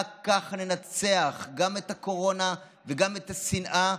רק כך ננצח גם את הקורונה וגם את השנאה.